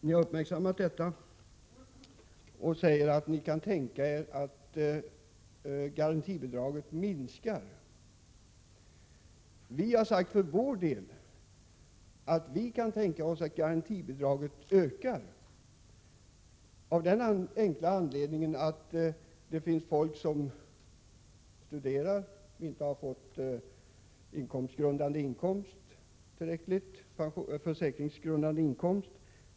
I er reservation säger ni att ni kan tänka er att garantibidraget minskar. Vi har för vår del sagt att vi kan tänka oss att garantibidraget ökar. Anledningen härtill är att det finns studerande och andra som inte har fått tillräckligt stor försäkringsgrundande inkomst.